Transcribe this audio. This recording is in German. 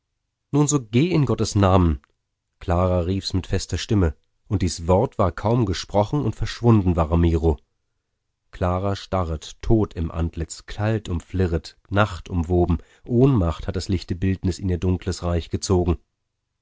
nun so geh in gottes namen clara riefs mit fester stimme und dies wort war kaum gesprochen und verschwunden war ramiro clara starret tod im antlitz kaltumflirret nachtumwoben ohnmacht hat das lichte bildnis in ihr dunkles reich gezogen